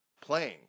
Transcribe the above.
playing